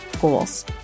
goals